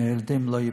מהילדים לא ייפגע.